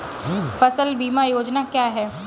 फसल बीमा योजना क्या है?